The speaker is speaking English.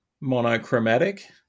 monochromatic